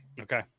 Okay